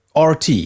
rt